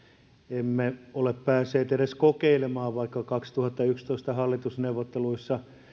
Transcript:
emme ole päässeet edes kokeilemaan vaikka kaksituhattayksitoista hallitusneuvotteluissa